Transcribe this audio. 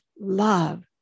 love